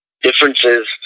Differences